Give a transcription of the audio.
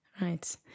right